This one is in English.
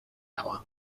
hour